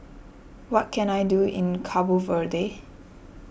what can I do in Cabo Verde